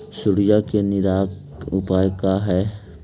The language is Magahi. सुंडी के निवारक उपाय का हई?